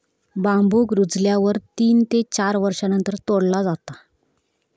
बांबुक रुजल्यावर तीन ते चार वर्षांनंतर तोडला जाता